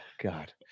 God